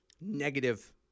negative